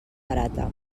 barata